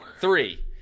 Three